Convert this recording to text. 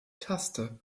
taste